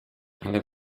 ale